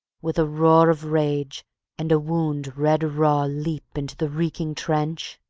with a roar of rage and wound red-raw leap into the reeking trench?